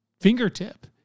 fingertip